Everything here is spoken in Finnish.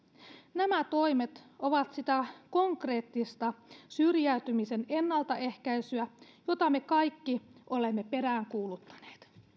nämä toimet ovat sitä konkreettista syrjäytymisen ennaltaehkäisyä jota me kaikki olemme peräänkuuluttaneet